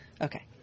Okay